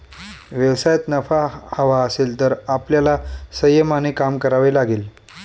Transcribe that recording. व्यवसायात नफा हवा असेल तर आपल्याला संयमाने काम करावे लागेल